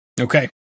Okay